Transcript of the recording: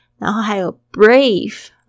然后还有brave